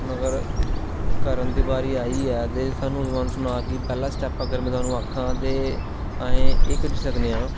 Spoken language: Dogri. हून अगर करने दी बारी आई ऐ ते स्हानू होना कि पैहला स्टेप अगर ओह् आखेआ ते अस एह् करी सकने आं